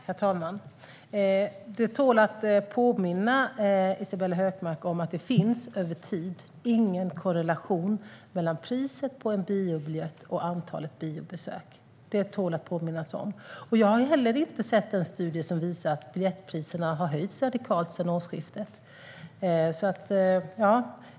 Herr talman! Det tål att påminnas om att det över tid inte finns någon korrelation mellan priset på en biobiljett och antalet biobesök, Isabella Hökmark. Jag har inte heller sett någon studie som visar att biljettpriserna har höjts radikalt sedan årsskiftet.